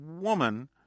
woman